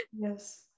Yes